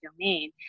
domain